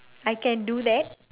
I can do that